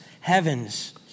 heavens